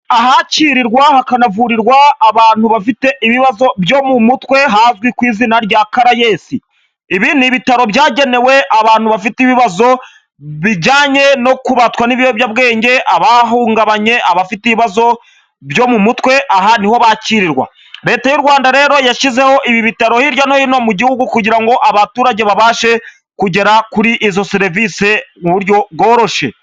Ahakirirwa hakanavurirwa abantu bafite ibibazo byo mu mutwe hazwi ku izina rya Caraes, ibi ni ibitaro byagenewe abantu bafite ibibazo bijyanye no kubatwa n'ibiyobyabwenge, abahungabanye, abafite ibibazo byo mu mutwe, aha ni ho bakirirwa, Leta y'u Rwanda rero yashyizeho ibi bitaro hirya no hino mu gihugu, kugira ngo abaturage babashe kugera kuri izo serivisi mu buryo bworoshye.